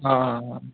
हा हा हा